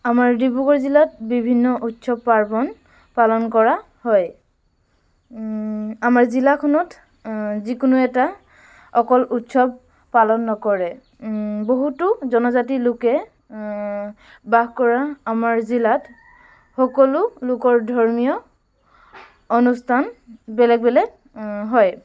আমাৰ ডিব্ৰুগড় জিলাত বিভিন্ন উৎসৱ পাৰ্বণ পালন কৰা হয় আমাৰ জিলাখনত যিকোনো এটা অকল উৎসৱ পালন নকৰে বহুতো জনজাতিৰ লোকে বাস কৰা আমাৰ জিলাত সকলো লোকৰ ধৰ্মীয় অনুষ্ঠান বেলেগ বেলেগ হয়